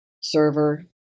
server